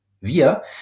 Wir